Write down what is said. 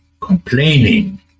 complaining